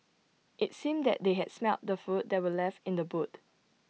IT seemed that they had smelt the food that were left in the boot